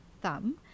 thumb